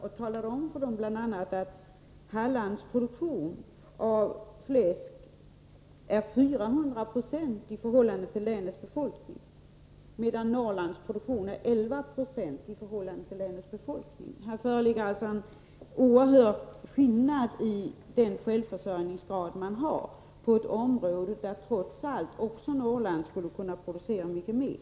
Jag talade då bl.a. om för dem att Hallands produktion av fläsk är 400 96 i förhållande till länets befolkning, medan Norrlands produktion är 11 96 i förhållande till länens befolkning. Här föreligger alltså en oerhörd skillnad i självförsörjningsgrad på ett område, där Norrland trots allt skulle kunna producera mycket mer.